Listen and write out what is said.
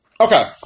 Okay